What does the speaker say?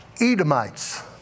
Edomites